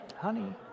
honey